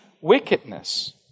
wickedness